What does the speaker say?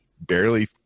barely